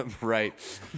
right